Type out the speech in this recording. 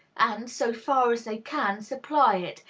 and, so far as they can, supply it,